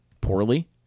poorly